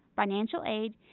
financial aid,